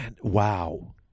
Wow